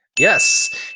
Yes